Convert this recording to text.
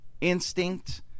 instinct